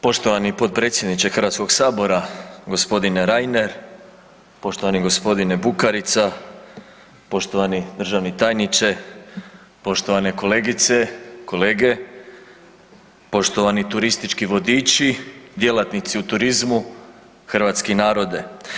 Poštovani potpredsjedniče Hrvatskog sabora, g. Reiner, poštovani g. Bukarica, poštovani državni tajniče, poštovane kolegice, kolege, poštovani turistički vodiči, djelatnici u turizmu, hrvatski narode.